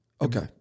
Okay